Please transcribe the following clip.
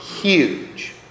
Huge